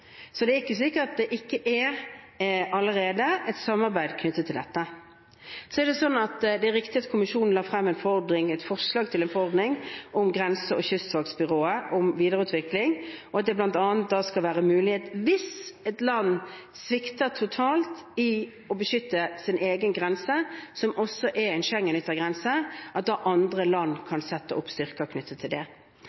Så det er ikke slik at det ikke allerede er et samarbeid knyttet til dette. Det er riktig at kommisjonen la frem et forslag til en forordning om grense- og kystvaktbyrået, om videreutvikling, og at det bl.a. skal være mulig hvis et land svikter totalt i å beskytte egen Schengen-yttergrense, at andre land kan sette opp styrker der. Dette er et forslag. Det skal vedtas, det skal diskuteres, og vårt utgangspunkt er at